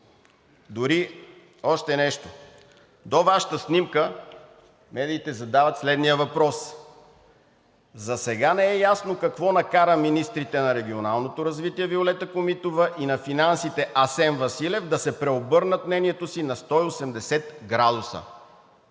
Дори още нещо, до Вашата снимка, медиите задават следния въпрос: „Засега не е ясно какво накара министрите на регионалното развитие Виолета Комитова и на финансите Асен Василев да преобърнат мнението си на 180 градуса?“